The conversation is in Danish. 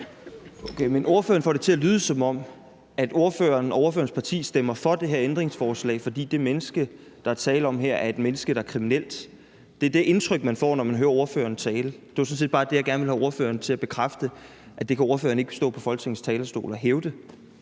men ordføreren får det til at lyde, som om ordføreren og ordførerens parti stemmer for det her ændringsforslag, fordi det menneske, der er tale om her, er et menneske, der er kriminelt. Det er det indtryk, man får, når man hører ordføreren tale. Det var sådan set bare det, jeg gerne ville have ordføreren til at bekræfte, altså at det kan ordføreren ikke stå på Folketingets talerstol og hævde.